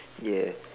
yes